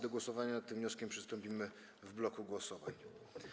Do głosowania nad tym wnioskiem przystąpimy w bloku głosowań.